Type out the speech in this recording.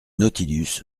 nautilus